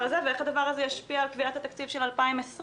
הזה ואיך הדבר הזה ישפיע על קביעת התקציב של 2020?